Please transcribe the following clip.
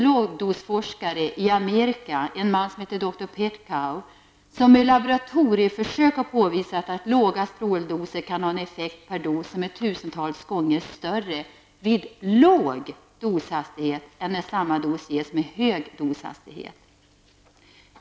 Lågdosforskare i Amerika, t.ex. dr Petkau, har vid laboratorieförsök kunnat påvisa att lågstråldoser kan ha en effekt per dos som är tusentals gånger större vid låg doshastighet än vid hög doshastighet.